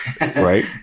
right